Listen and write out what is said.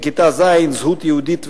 בכיתה ז' זהות יהודית וישראלית,